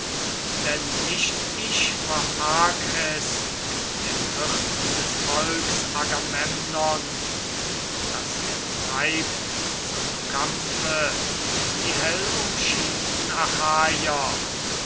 denn nicht ich verarg es dem hirten des volks agamemnon daß er treibt zum kampfe die hellumschienten